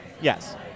yes